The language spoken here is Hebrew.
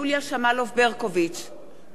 אינה נוכחת רונית תירוש,